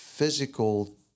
physical